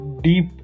deep